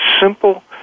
simple